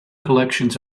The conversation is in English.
collections